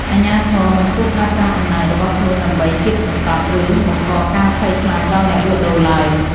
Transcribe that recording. អាជ្ញាធរមិនគួរប្រើប្រាស់អំណាចរបស់ខ្លួនដើម្បីគាបសង្កត់ ឬបង្កការភ័យខ្លាចដល់អ្នកលក់ដូរឡើយ។